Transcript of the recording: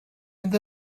mynd